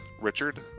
Richard